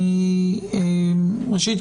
ראשית,